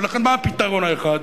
לכן מה הפתרון האחד?